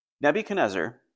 Nebuchadnezzar